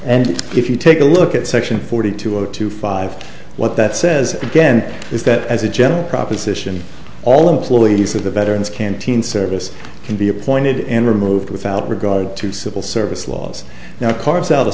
and if you take a look at section forty two zero two five what that says again is that as a general proposition all employees of the veterans canteen service can be appointed and removed without regard to civil service laws now carves out